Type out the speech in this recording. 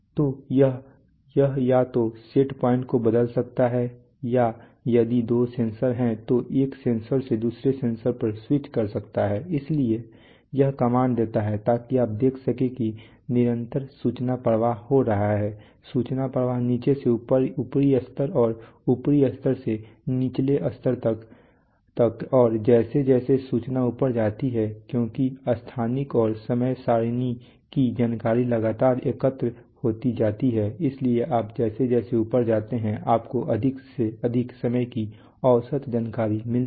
तो यह या तो सेट पॉइंट को बदल सकता है या यदि दो सेंसर हैं तो यह एक सेंसर से दूसरे सेंसर पर स्विच कर सकता है इसलिए यह कमांड देता है ताकि आप देख सकें कि निरंतर सूचना प्रवाह हो रहा है सूचना प्रवाह नीचे से ऊपरी स्तर और ऊपरी स्तर से निचले स्तर तक और जैसे जैसे सूचना ऊपर जाती है क्योंकि स्थानिक और समय सारिणी की जानकारी लगातार एकत्र होती जाती है इसलिए आप जैसे जैसे ऊपर जाते हैं आपको अधिक से अधिक समय की औसत जानकारी मिलती है